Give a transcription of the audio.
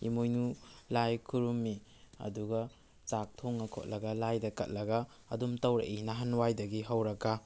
ꯏꯃꯣꯏꯅꯨ ꯂꯥꯏ ꯈꯨꯔꯨꯝꯃꯤ ꯑꯗꯨꯒ ꯆꯥꯛ ꯊꯣꯡꯉ ꯈꯣꯠꯂꯒ ꯂꯥꯏꯗ ꯀꯠꯂꯒ ꯑꯗꯨꯝ ꯇꯧꯔꯛꯏ ꯅꯍꯥꯟꯋꯥꯏꯗꯒꯤ ꯍꯧꯔꯒ